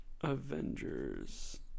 Avengers